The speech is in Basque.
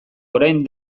orain